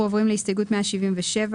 אנחנו עוברים להסתייגות 177,